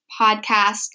podcast